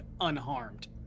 unharmed